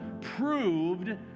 proved